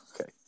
Okay